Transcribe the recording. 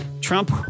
Trump